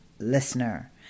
listener